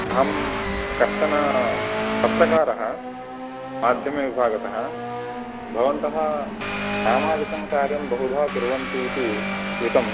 अहं कश्चन पत्रकारः माध्यमविभागतः भवन्तः सामाजिकं कार्यं बहुधा कुर्वन्ति इति श्रुतम्